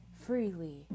freely